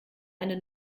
eine